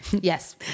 Yes